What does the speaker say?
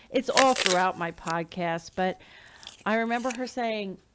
it's all throughout my podcast, but i remember her saying,